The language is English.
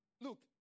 Look